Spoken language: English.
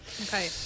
Okay